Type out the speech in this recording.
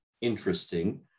interesting